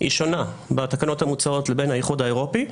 היא שונה בתקנות המוצעות לבין האיחוד האירופי,